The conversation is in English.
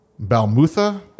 Balmutha